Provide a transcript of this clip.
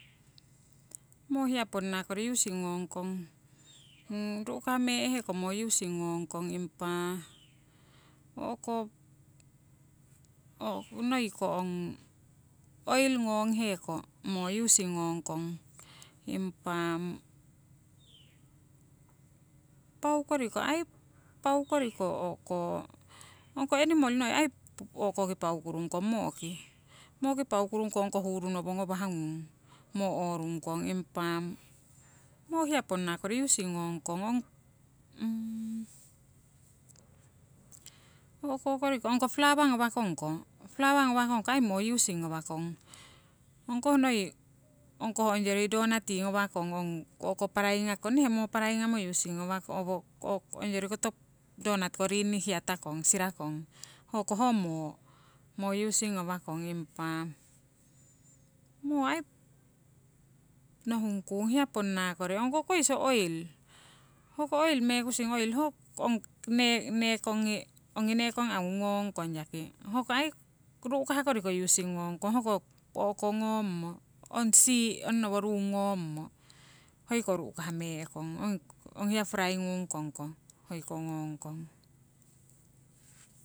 Moo hiya ponna kori using ngongkong ru'kah mee'he ko moo using ngongkong, ipa o'ko noi ko ong oil ngonghe ko moo using ngongkong. Impa paau koriko aii, paau koriko o'ko. Ong ko enimol noi aii moo ki paukurung kong, ong koh huru nowo ngawah ngung moo orung kong. Impa moo hiya ponna kori using ngongkong, ong o'ko koriko ongko flawa ngawakongko, flawa ngawakongko moo using ngawakong ongkoh noi ongyori donat ngawakong ong o'ko paraying ngakong nehe ong moo paraying ngamo using ngawakong ongyori koto donat ko rinni hiyatakong sirakong hoko ho moo, moo using ngawakong. Impa moo aii nohung kung hiya ponna kori ong ko koiso oil, hoko oil ko aii mekusing nekong ngi ong nekong angu ki ngongkong aii ru'kah koriko using ngong kong, hoko o'ko ngommo ong sii' onnowo ruung ngommo hoiko ru'kah mee'kong. Ong hiya fraiying ngung kong hoi ngokong.